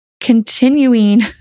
continuing